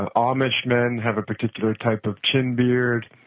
ah amish men have a particular type of chin beard,